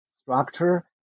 structure